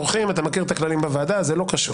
אורחים, אתה מכיר את הכללים בוועדה, זה לא קשור.